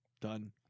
Done